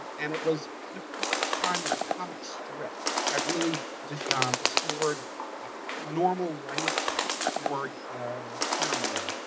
and it was the first time that a comic strip had really just um explored normal life for queer men,